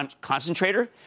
concentrator